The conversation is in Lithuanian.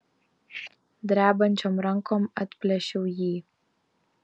drebančiom rankom atplėšiau jį